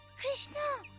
krishna!